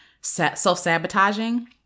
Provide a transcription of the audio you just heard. self-sabotaging